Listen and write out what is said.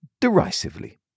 derisively